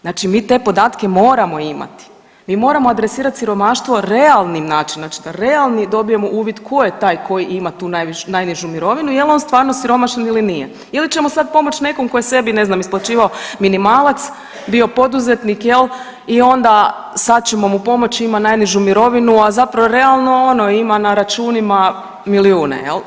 Znači mi te podatke moramo imati, mi moramo adresirat siromaštvo realni način, znači da realni dobijemo uvid ko je taj koji ima tu najnižu mirovinu i jel on stvarno siromašan ili nije ili ćemo sad pomoć nekom koji je sebi ne znam isplaćivao minimalac, bio poduzetnik i onda sad ćemo mu pomoći ima najnižu mirovinu, a zapravo realno ima na računima milijune.